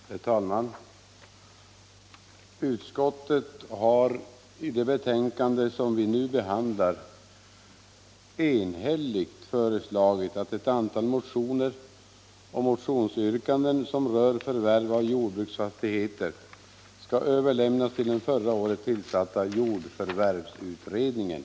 Herr talman! Utskottet har i det betänkande som vi nu behandlar enhälligt föreslagit att ett antal motioner och motionsyrkanden som rör förvärv av jordbruksfastigheter skall överlämnas till den förra året tillsatta jordförvärvsutredningen.